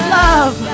love